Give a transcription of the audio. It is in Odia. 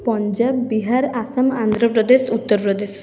ପଞ୍ଜାବ ବିହାର ଆସାମ ଆନ୍ଧ୍ରପ୍ରଦେଶ ଉତ୍ତରପ୍ରଦେଶ